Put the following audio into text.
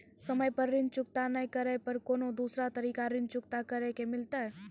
समय पर ऋण चुकता नै करे पर कोनो दूसरा तरीका ऋण चुकता करे के मिलतै?